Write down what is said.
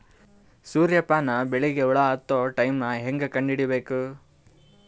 ಸೂರ್ಯ ಪಾನ ಬೆಳಿಗ ಹುಳ ಹತ್ತೊ ಟೈಮ ಹೇಂಗ ಕಂಡ ಹಿಡಿಯಬೇಕು?